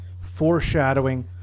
foreshadowing